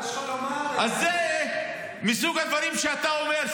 --- זה מסוג הדברים שאתה אומר,